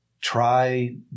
try